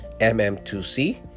mm2c